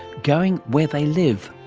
going where they live.